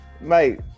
mate